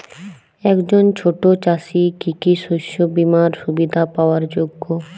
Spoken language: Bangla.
একজন ছোট চাষি কি কি শস্য বিমার সুবিধা পাওয়ার যোগ্য?